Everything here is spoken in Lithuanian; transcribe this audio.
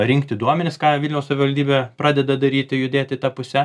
rinkti duomenis ką vilniaus savivaldybė pradeda daryti judėti ta puse